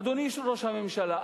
אדוני ראש הממשלה,